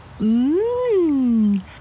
Mmm